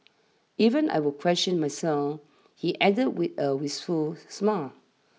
even I will question myself he added with a wistful smile